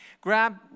Grab